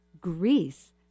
Greece